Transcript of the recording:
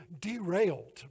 derailed